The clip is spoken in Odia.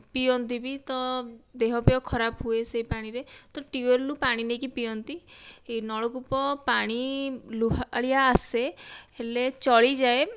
ପିଅନ୍ତି ବି ତ ଦେହ ଫେହ ଖରାପ ହୁଏ ସେହି ପାଣିରେ ତ ଟ୍ୟୁବ ୱେଲରୁ ପାଣି ନେଇକି ପିଅନ୍ତି ନଳ କୂପ ପାଣି ଲୁହାଳିଆ ଆସେ ହେଲେ ଚଳିଯାଏ